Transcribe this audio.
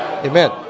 Amen